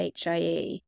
HIE